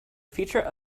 feature